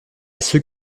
ceux